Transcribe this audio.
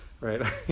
right